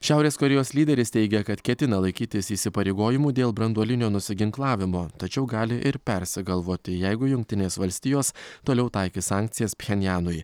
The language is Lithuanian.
šiaurės korėjos lyderis teigia kad ketina laikytis įsipareigojimų dėl branduolinio nusiginklavimo tačiau gali ir persigalvoti jeigu jungtinės valstijos toliau taikys sankcijas pchenjanui